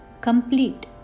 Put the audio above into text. complete